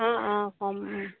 অঁ অঁ ক'ম